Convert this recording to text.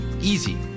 Easy